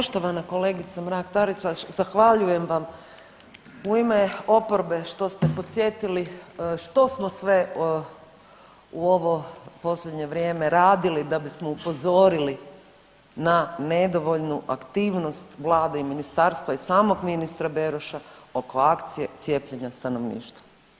Poštovana kolegice Mrak-Taritaš, zahvaljujem vam u ime oporbe što ste podsjetili što smo sve u ovo posljednje vrijeme radili da bismo upozorili na nedovoljnu aktivnost vlade i ministarstva i samog ministra Beroša oko akcije cijepljenja stanovništva.